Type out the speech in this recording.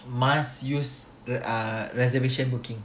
must use the ah reservation booking